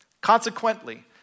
Consequently